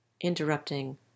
Interrupting